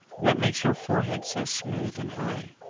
what makes your forehead so smooth and high?